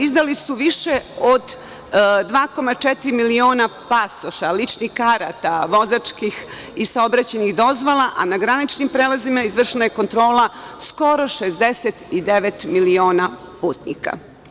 Izdali su više od 2,4 miliona pasoša, ličnih karata, vozačkih i saobraćajnih dozvola, a na graničnim prevozima je izvršena kontrola skoro 69 miliona putnika.